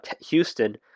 houston